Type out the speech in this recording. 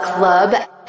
Club